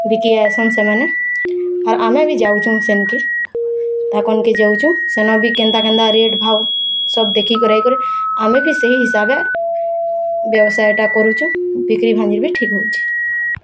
ବିକି ଆସନ୍ ସେମାନେ ଆଉ ଆମେ ବି ଯାଉଛୁଁ ସେନ୍ କି ତାକଙ୍କେ ଯାଉଛୁଁ ସେ ନ ବି କେନ୍ତା କେନ୍ତା ରେଟ୍ ଭାଓ ସବୁ ଦେଖି କରାଇ କରି ଆମେ ବି ସେଇ ହିସାବେ ବ୍ୟବସାୟଟା କରୁଛୁ ବିକ୍ରି ଭାଙ୍ଗି ବି ଠିକ୍ ହେଉଛି